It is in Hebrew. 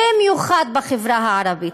במיוחד בחברה הערבית,